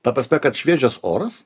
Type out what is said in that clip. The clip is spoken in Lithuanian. ta prasme kad šviežias oras